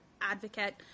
advocate